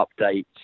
updates